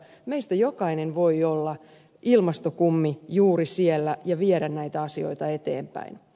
meistä jokainen voi olla ilmastokummi juuri siellä ja viedä näitä asioita eteenpäin